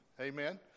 Amen